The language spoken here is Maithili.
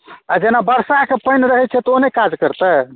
आ जेना वर्षाके पानि रहै छै तऽ ओ नहि काज करतै